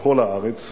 בכל הארץ,